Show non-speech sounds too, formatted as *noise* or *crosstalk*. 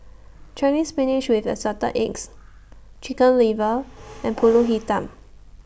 Chinese Spinach with Assorted Eggs Chicken Liver and *noise* Pulut Hitam